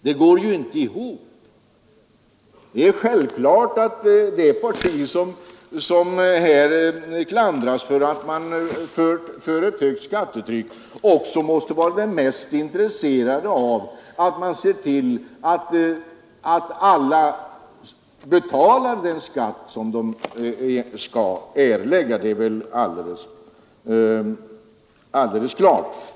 Det går ju inte ihop. Det parti som här klandras för att vilja ha ett för högt skattetryck, måste väl vara mest intresserat av att se till att alla betalar den skatt som de bör göra. Det är väl alldeles klart.